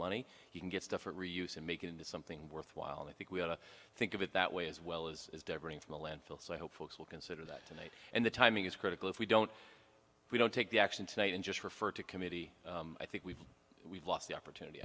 money he can get stuff that reuse and make it into something worthwhile and i think we have to think of it that way as well as is diverting from the landfill so i hope folks will consider that tonight and the timing is critical if we don't we don't take the action tonight and just refer to committee i think we've we've lost the opportunity